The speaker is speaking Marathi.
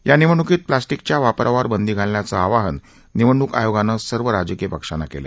या निवडण्कीत प्लास्टिकच्या वापरावर बंदी घालण्याचा आवाहन निवडणुक आयोगानं सर्व राजकीय पक्षाना केलं